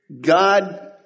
God